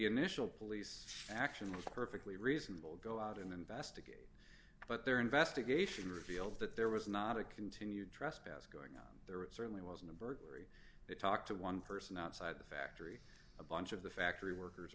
initial police action was perfectly reasonable go out and investigate but their investigation revealed that there was not a continued trespass going on there it certainly wasn't a burglary they talked to one person outside the factory a bunch of the factory workers